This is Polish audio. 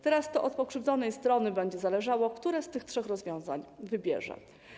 Teraz to od pokrzywdzonej strony będzie zależało, które z tych trzech rozwiązań wybierze.